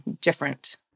different